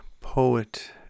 poet